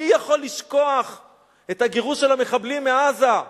מי יכול לשכוח את הגירוש של המחבלים מעזה,